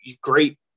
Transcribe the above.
great